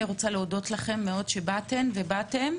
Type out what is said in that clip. אני רוצה להודות לכם מאוד שבאתן ובאתם.